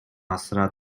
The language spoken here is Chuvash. асра